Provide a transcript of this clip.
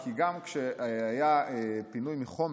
כי גם כשהיה פינוי מחומש,